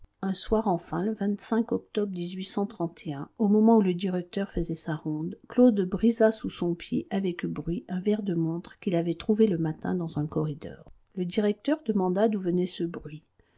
un soir enfin le octobre au moment où le directeur faisait sa ronde claude brisa sous son pied avec bruit un verre de montre qu'il avait trouvé le matin dans un corridor le directeur demanda d'où venait ce bruit